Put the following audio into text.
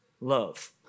love